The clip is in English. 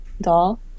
doll